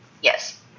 yes